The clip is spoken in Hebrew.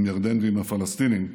עם ירדן ועם הפלסטינים,